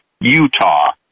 Utah